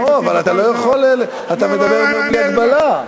אתה לא יכול, אתה מדבר בלי הגבלה.